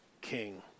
king